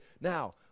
now